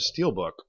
steelbook